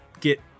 get